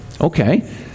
Okay